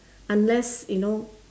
unless you know